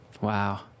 Wow